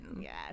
Yes